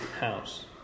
house